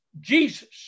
jesus